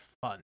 fun